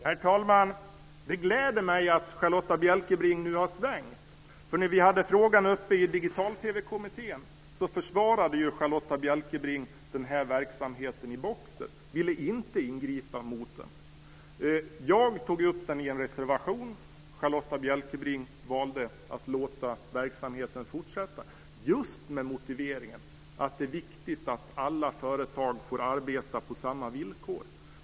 Herr talman! Det gläder mig att Charlotta Bjälkebring nu har svängt. När vi hade frågan uppe i Digital-TV-kommittén försvarade Charlotta Bjälkebring den här verksamheten i Boxer och ville inte ingripa mot den. Jag tog upp den i en reservation, men Charlotta Bjälkebring valde att låta verksamheten fortsätta, just med den motiveringen att det är viktigt att alla företag får arbeta på samma villkor.